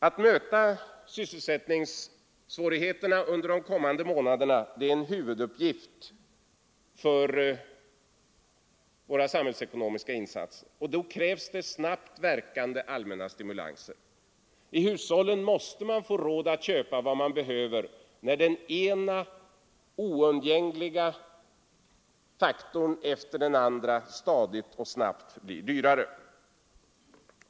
Att möta sysselsättningssvårigheterna under de kommande månaderna är en huvuduppgift för våra sam hällsekonomiska insatser. För detta krävs det snabbt verkande allmänna stimulanser. Hushållen måste få råd att köpa vad som behövs när den ena oundgängliga faktorn efter den andra stadigt och snabbt blir dyrare.